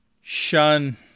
shun